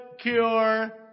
cure